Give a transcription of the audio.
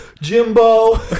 Jimbo